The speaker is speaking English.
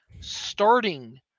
Starting